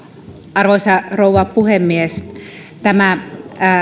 arvoisa rouva puhemies tämä